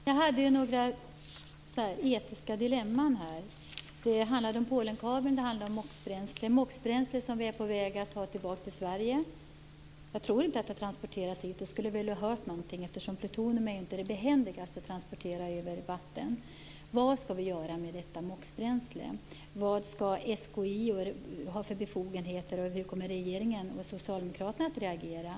Fru talman! Jag har några etiska dilemman. Det handlar om Polenkabeln och det handlar om MOX bränsle - MOX-bränsle, som vi är på väg att ta tillbaka i Sverige. Jag tror inte att det transporteras hit. Vi skulle väl ha i så fall ha hört någonting om det, eftersom plutonium inte är det behändigaste att transportera över vatten. Vad skall vi göra med detta MOX bränsle? Vad skall SKI ha för befogenheter, och hur kommer regeringen och socialdemokraterna att reagera?